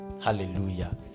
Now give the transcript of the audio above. Hallelujah